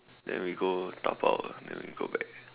then we go dabao then we go back